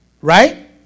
right